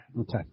Okay